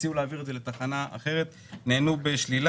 הציעו להעביר את זה לתחנה אחרת, נענו בשלילה.